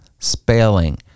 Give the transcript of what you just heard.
spelling